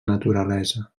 naturalesa